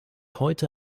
heute